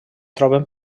troben